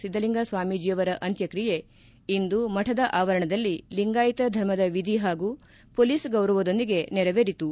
ಸಿದ್ದಲಿಂಗಸ್ವಾಮೀಜಿಯವರ ಅಂತ್ಯಕ್ರಿಯೆ ಇಂದು ಮಠದ ಅವರಣದಲ್ಲಿ ಲಿಂಗಾಯಿತ ಧರ್ಮದ ವಿಧಿ ಹಾಗೂ ಮೊಲೀಸ್ ಗೌರವದೊಂದಿಗೆ ನೆರವೇರಿತು